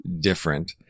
different